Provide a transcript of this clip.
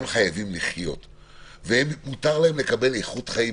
הם חייבים לחיות ומותר להם לקבל איכות חיים.